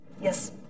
Yes